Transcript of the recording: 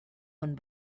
one